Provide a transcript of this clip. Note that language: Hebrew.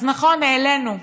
אז נכון, העלינו,